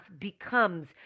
becomes